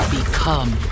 Become